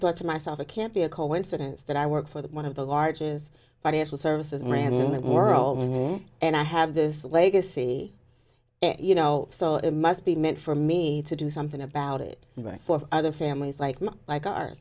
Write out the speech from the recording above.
thought to myself it can't be a coincidence that i work for one of the largest financial services management world and i have this legacy you know so it must be meant for me to do something about it right for other families like mine